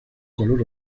color